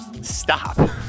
stop